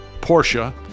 Porsche